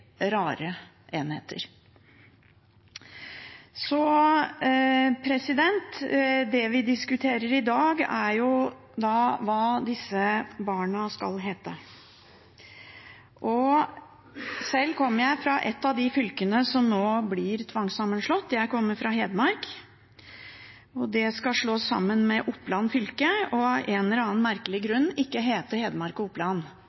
rare enheter. Det vi diskuterer i dag, er hva disse «barna» skal hete. Sjøl kommer jeg fra ett av de fylkene som blir tvangssammenslått – Hedmark. Det skal slås sammen med Oppland fylke og av en eller annen merkelig grunn ikke hete Hedmark og Oppland,